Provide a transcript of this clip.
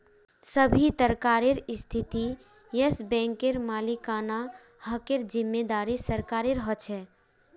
सभी तरहकार स्थितित येस बैंकेर मालिकाना हकेर जिम्मेदारी सरकारेर ह छे